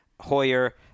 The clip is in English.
Hoyer